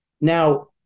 Now